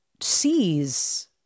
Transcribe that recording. sees